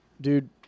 dude